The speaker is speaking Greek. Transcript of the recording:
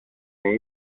είναι